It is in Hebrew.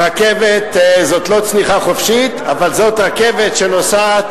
הרכבת זאת לא צניחה חופשית, אבל זאת רכבת שנוסעת